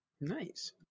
Nice